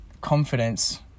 confidence